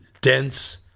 dense